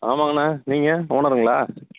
ஆமாங்கண்ணா நீங்கள் ஓனருங்களா